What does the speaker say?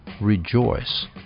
Rejoice